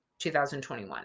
2021